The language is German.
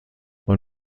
man